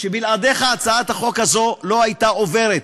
בלעדיך הצעת החוק הזאת לא הייתה עוברת,